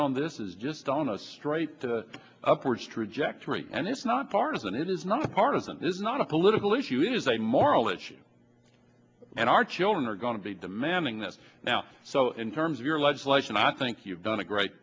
on this is just on a straight to upwards trajectory and it's not partisan it is not partisan this is not a political issue it is a moral issue and our children are going to be demanding that now so in terms of your legislation i think you've done a great